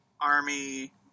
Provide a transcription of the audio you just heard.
army